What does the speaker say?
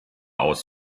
aus